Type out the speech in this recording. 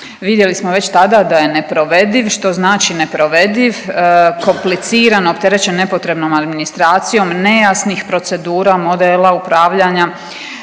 Vidjeli smo već tada da je neprovediv, što znači neprovediv? Kompliciran, opterećen nepotrebnom administracijom, nejasnih procedura, modela upravljanja,